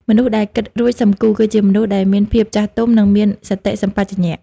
មនុស្សដែល «គិតរួច សឹមគូរ» គឺជាមនុស្សដែលមានភាពចាស់ទុំ និងមានសតិសម្បជញ្ញៈ។